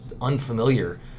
unfamiliar